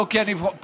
לא כי אני פוחד,